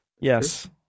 Yes